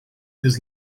his